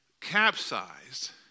capsized